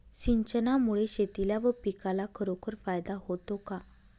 सिंचनामुळे शेतीला व पिकाला खरोखर फायदा होतो का?